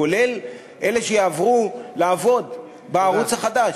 כולל אלה שיעברו לעבוד בערוץ החדש,